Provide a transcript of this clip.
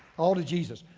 all to jesus.